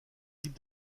type